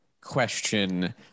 question